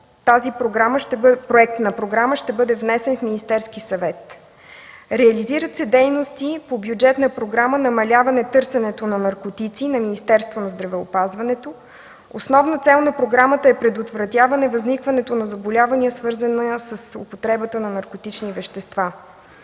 този проект на програма ще бъде внесен в Министерския съвет. Реализират се дейности по бюджетната програма „Намаляване търсенето на наркотици” на Министерството на здравеопазването. Основна цел на програмата е предотвратяване възникването на заболявания, свързани с употребата на наркотични вещества.